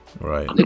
Right